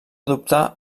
adoptar